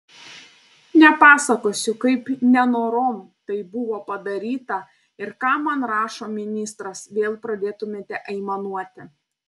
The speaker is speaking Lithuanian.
nepasakosiu kaip nenorom tai buvo padaryta ir ką man rašo ministras vėl pradėtumėte aimanuoti